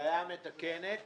אפליה מתקנת